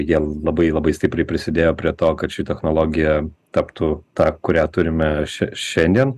jiem labai labai stipriai prisidėjo prie to kad ši technologija taptų ta kurią turime šia šiandien